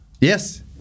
Yes